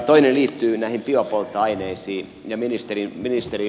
toinen liittyy biopolttoaineisiin ja ministerivoimiin